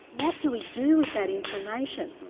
what do we do with that information?